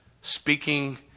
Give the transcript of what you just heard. Speaking